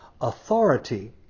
Authority